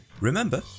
Remember